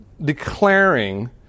declaring